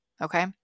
Okay